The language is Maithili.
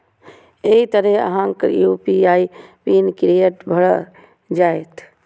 एहि तरहें अहांक यू.पी.आई पिन क्रिएट भए जाएत